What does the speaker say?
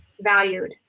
valued